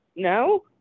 no